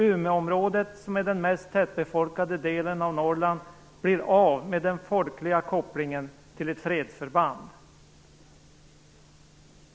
Umeområdet, som är den mest tätbefolkade delen av Norrland, blir av med den folkliga kopplingen till ett fredsförband.